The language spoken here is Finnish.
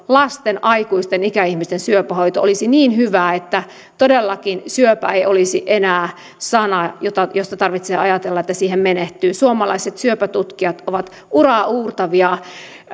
lasten aikuisten ja ikäihmisten syöpähoito olisi niin hyvää että todellakin syöpä ei olisi enää sana josta tarvitsee ajatella että siihen menehtyy suomalaiset syöpätutkijat ovat uraauurtavia